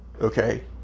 okay